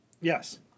Yes